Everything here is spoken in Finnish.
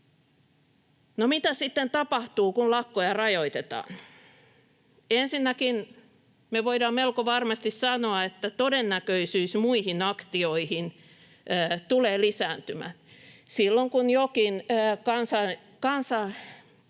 mitä sitten tapahtuu, kun lakkoja rajoitetaan? Ensinnäkin me voidaan melko varmasti sanoa, että todennäköisyys muihin aktioihin tulee lisääntymään. Silloin kun jokin